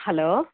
hello